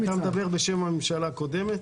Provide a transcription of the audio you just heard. חבר הכנסת קרעי, אתה מדבר בשם הממשלה הקודמת?